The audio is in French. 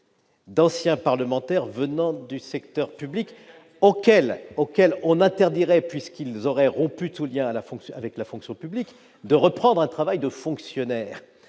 d'anciens parlementaires issus du secteur public, auxquels on interdirait, puisqu'ils auraient rompu tout lien avec la fonction publique, de reprendre un travail de fonctionnaire